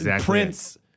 Prince